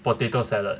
potato salad